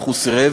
אך הוא סירב,